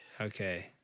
Okay